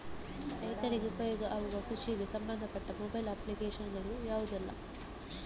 ರೈತರಿಗೆ ಉಪಯೋಗ ಆಗುವ ಕೃಷಿಗೆ ಸಂಬಂಧಪಟ್ಟ ಮೊಬೈಲ್ ಅಪ್ಲಿಕೇಶನ್ ಗಳು ಯಾವುದೆಲ್ಲ?